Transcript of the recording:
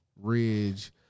Ridge